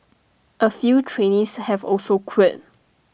A few trainees have also quit